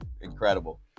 Incredible